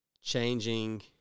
changing –